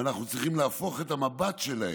ואנחנו צריכים להפוך את המבט שלהם,